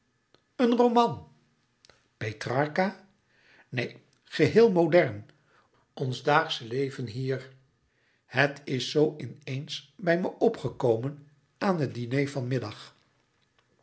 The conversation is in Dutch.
een roman petrarca neen geheel modern ons daagsche leven hier het is zoo in eens bij me opgekomen aan het diner